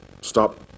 Stop